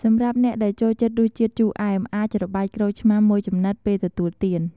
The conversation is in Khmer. សម្រាប់អ្នកដែលចូលចិត្តរសជាតិជូរអែម អាចច្របាច់ក្រូចឆ្មារមួយចំណិតពេលទទួលទាន។